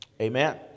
amen